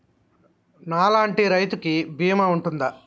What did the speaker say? నా లాంటి రైతు కి బీమా ఉంటుందా?